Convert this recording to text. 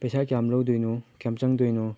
ꯄꯩꯁꯥ ꯀꯌꯥꯝ ꯂꯧꯗꯣꯏꯅꯣ ꯀꯌꯥꯝ ꯆꯪꯗꯣꯏꯅꯣ